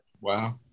wow